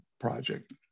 project